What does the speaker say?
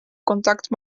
kontakt